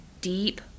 deep